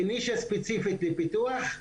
בנישה ספציפית לפיתוח,